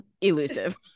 elusive